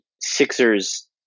Sixers